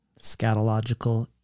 scatological